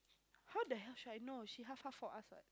how the hell should I know she half half for us what